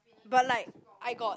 but like I got